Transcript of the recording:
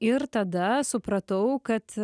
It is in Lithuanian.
ir tada supratau kad